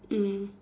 mm